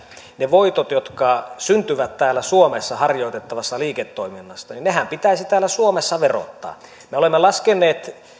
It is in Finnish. ne voitothan jotka syntyvät täällä suomessa harjoitettavasta liiketoiminnasta pitäisi täällä suomessa verottaa me olemme laskeneet